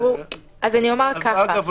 אגב,